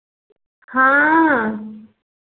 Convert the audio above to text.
हाँ